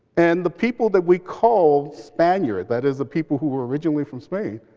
and the people that we called spaniard, that is the people who were originally from spain,